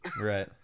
Right